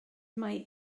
mae